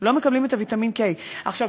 לא מקבלים ויטמין K. עכשיו,